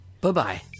Bye-bye